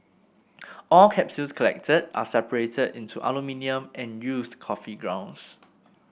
all capsules collected are separated into aluminium and used coffee grounds